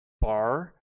bar